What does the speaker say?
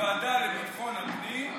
לוועדת ביטחון הפנים,